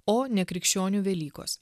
o ne krikščionių velykos